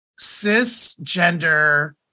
cisgender